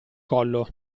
collo